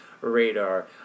radar